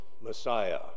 Messiah